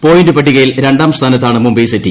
point പട്ടികയിൽ രണ്ടാം സ്ഥാനത്താണ് മുംബൈ സിറ്റി